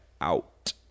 out